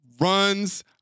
runs